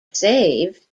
saved